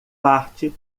parte